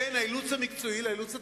בין האילוץ המקצועי לאילוץ התקציבי,